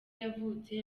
yavutse